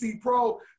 Pro